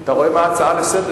אתה רואה מה ההצעה לסדר-היום?